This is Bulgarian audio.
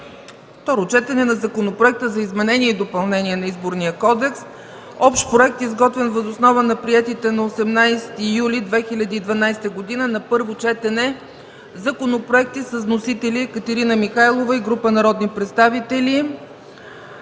Второ четене на Законопроекта за изменение и допълнение на Изборния кодекс (общ проект, изготвен въз основа на приетите на 18 юли 2012 г. на първо четене законопроекти с вносители: Екатерина Михайлова и група народни представители;